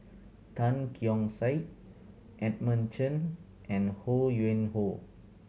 Tan Keong Saik Edmund Chen and Ho Yuen Hoe